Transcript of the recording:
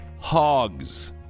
hogs